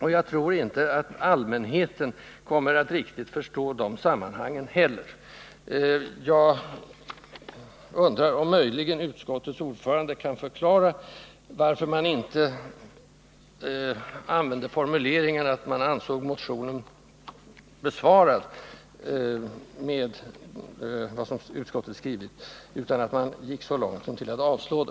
Och jag tror inte heller att allmänheten kommer att begripa det sammanhanget. Jag undrar om möjligen utskottets ordförande kan förklara varför utskottet inte använt en formulering om att anse motionen besvarad, utan gått så långt som till att föreslå att motionen avslås.